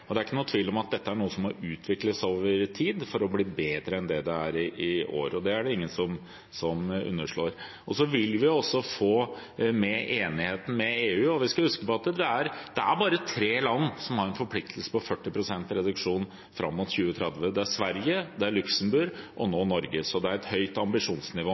om at dette er noe som må utvikles over tid for å bli bedre enn det er i år, og det er det ingen som underslår. Vi vil også få med enigheten med EU. Vi skal huske på at det bare er tre land som har en forpliktelse på 40 pst. reduksjon fram mot 2030. Det er Sverige, Luxembourg og nå Norge, så det er et høyt ambisjonsnivå.